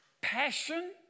passion